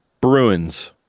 Bruins